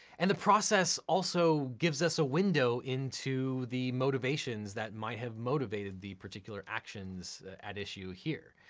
and the process also gives us a window into the motivations that might have motivated the particular actions at issue here.